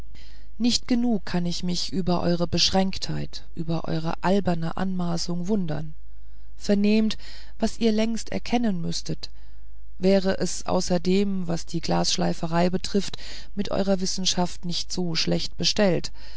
nicht genug kann ich mich über eure beschränktheit über eure alberne anmaßung verwundern vernehmt was ihr längst erkennen müßtet wäre es außer dem was die glasschleiferei betrifft mit eurer wissenschaft nicht so schlecht bestellt